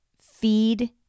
feed